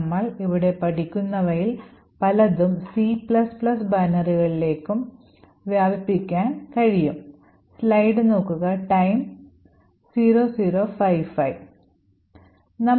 നമ്മൾ ഇവിടെ പഠിക്കുന്നവയിൽ പലതും C ബൈനറികളിലേക്കും വ്യാപിപ്പിക്കാൻ കഴിയും